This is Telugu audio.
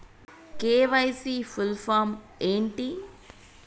కే.వై.సీ ఫుల్ ఫామ్ ఏంటి?